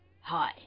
Hi